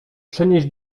przenieść